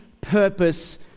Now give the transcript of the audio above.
purpose